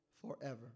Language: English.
forever